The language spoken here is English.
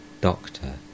Doctor